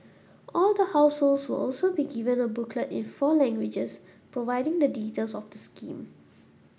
all the households will also be given a booklet in four languages providing the details of the scheme